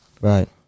Right